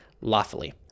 lawfully